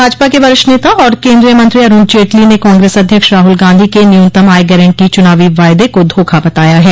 भाजपा के वरिष्ठ नेता और केन्द्रीय मंत्री अरुण जेटली ने कांग्रेस अध्यक्ष राहुल गांधी के न्यूनतम आय गारन्टी चुनावी वायदे को धोखा बताया है